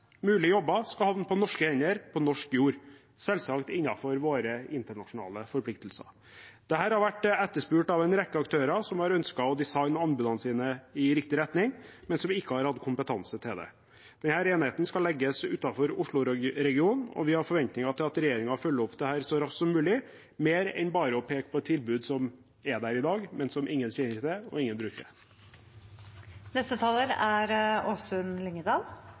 mulig jobber skal havne på norske hender på norsk jord, selvsagt innenfor våre internasjonale forpliktelser. Dette har vært etterspurt av en rekke aktører som har ønsket å designe anbudene sine i riktig retning, men som ikke har hatt kompetanse til det. Denne enheten skal legges utenfor Oslo-regionen, og vi har forventninger til at regjeringen følger opp dette så raskt som mulig, mer enn bare å peke på et tilbud som er der i dag, men som ingen kjenner til, og ingen bruker.